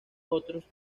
otros